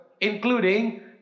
including